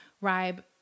Ribe